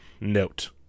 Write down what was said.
note